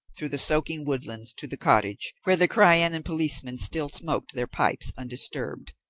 through the soaking woodlands to the cottage, where the crianan policemen still smoked their pipes undisturbed.